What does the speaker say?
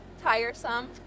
tiresome